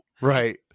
right